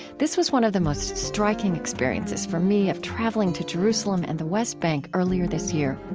this was one of the most striking experiences, for me, of traveling to jerusalem and the west bank earlier this year.